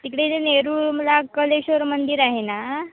तिकडे जे नेरूरला कलेश्वर मंदिर आहे ना